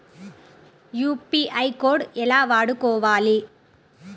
UPI code ఎలా వాడుకోవాలి?